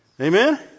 Amen